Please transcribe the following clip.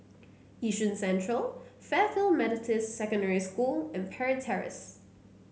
Yishun Central Fairfield Methodist Secondary School and Parry Terrace